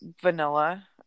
vanilla